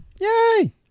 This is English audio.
Yay